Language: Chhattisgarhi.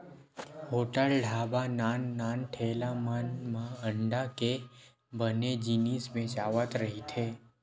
होटल, ढ़ाबा, नान नान ठेला मन म अंडा के बने जिनिस बेचावत रहिथे